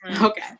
Okay